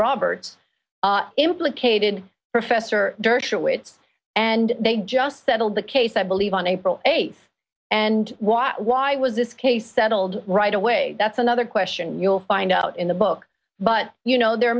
roberts implicated professor dershowitz and they just settled the case i believe on april eighth and what why was this case settled right away that's another question you'll find out in the book but you know there are